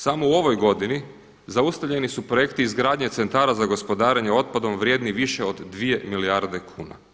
Samo u ovoj godini zaustavljeni su projekti izgradnje centara za gospodarenje otpadom vrijedni više od 2 milijarde kuna.